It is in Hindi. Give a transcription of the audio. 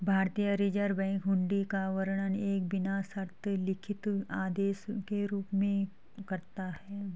भारतीय रिज़र्व बैंक हुंडी का वर्णन एक बिना शर्त लिखित आदेश के रूप में करता है